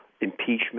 impeachment